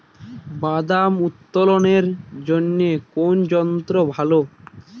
বাদাম উত্তোলনের জন্য কোন যন্ত্র ভালো?